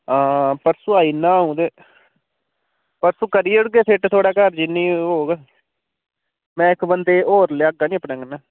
हां परसों आई जन्ना अऊं ते परसों करी ओड़गे फिट्ट थुआढ़े घर जिन्नी होग में इक बंदे ई होर लेआगा निं अपने कन्नै